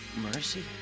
mercy